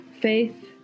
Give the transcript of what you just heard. faith